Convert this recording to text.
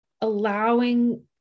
allowing